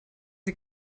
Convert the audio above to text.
sie